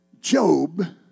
Job